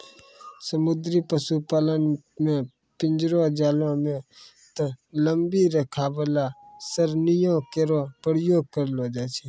समुद्री पशुपालन म पिंजरो, जालों नै त लंबी रेखा वाला सरणियों केरो प्रयोग करलो जाय छै